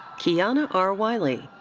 kionna r. wiley.